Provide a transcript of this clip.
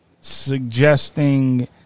suggesting